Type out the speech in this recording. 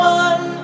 one